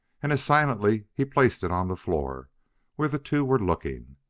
and as silently he placed it on the floor where the two were looking,